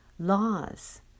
Laws